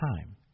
time